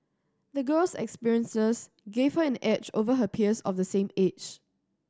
the girl's experiences gave her an edge over her peers of the same age